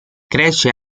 cresce